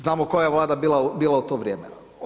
Znamo koja je Vlada bila u to vrijeme.